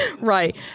Right